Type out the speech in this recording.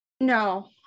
no